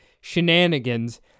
shenanigans